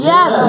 Yes